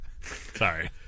Sorry